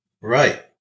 Right